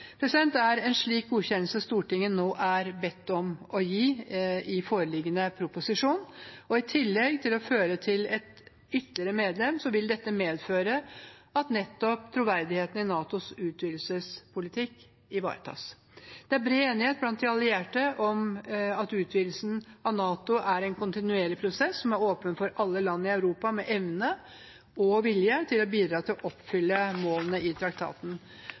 Det er en slik godkjennelse Stortinget nå er bedt om å gi i foreliggende proposisjon. I tillegg til å føre til et ytterligere medlem vil dette medføre at troverdigheten i NATOs utvidelsespolitikk ivaretas. Det er bred enighet blant de allierte om at utvidelsen av NATO er en kontinuerlig prosess som er åpen for alle land i Europa med evne og vilje til å bidra til å oppfylle målene i traktaten.